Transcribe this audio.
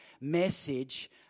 message